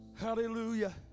Hallelujah